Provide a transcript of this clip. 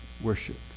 worship